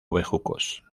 bejucos